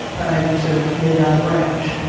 unable to move out of range,